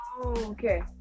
Okay